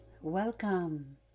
welcome